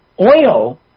Oil